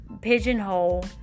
pigeonhole